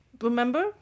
Remember